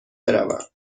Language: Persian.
بروم